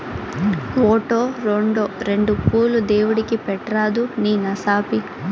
ఓటో, రోండో రెండు పూలు దేవుడిని పెట్రాదూ నీ నసాపి